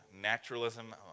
naturalism